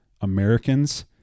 Americans